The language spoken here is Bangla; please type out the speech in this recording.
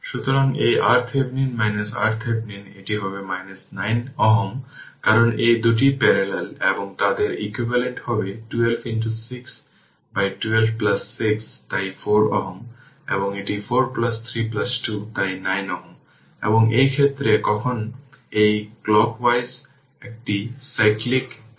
সুতরাং এই RThevenin RThevenin এটি হবে 9 Ω কারণ এই দুটি প্যারালাল এবং তাদের ইকুইভ্যালেন্ট হবে 12 6 বাই 12 6 তাই 4Ω এবং এটি 4 3 2 তাই 9 Ω এবং এই ক্ষেত্রে কখন এই ক্লোক ওয়াজ একটি সাইক্লিক কারেন্ট i1 এবং i2 নিন